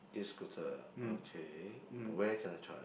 E-Scooter okay where can I try